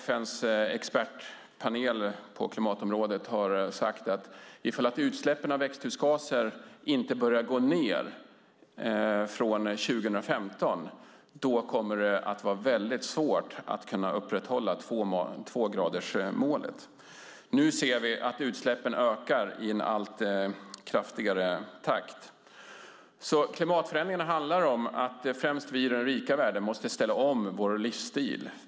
FN:s expertpanel på klimatområdet har sagt att om utsläppen av växthusgaser inte börjar gå ned från 2015 kommer det att vara väldigt svårt att upprätthålla tvågradersmålet. Nu ser vi att utsläppen ökar i en allt högre takt. Klimatförändringarna handlar om att främst vi i den rika världen måste ställa om vår livsstil.